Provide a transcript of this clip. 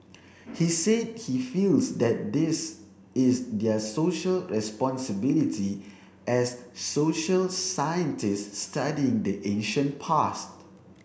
he said he feels that this is their social responsibility as social scientists studying the ancient past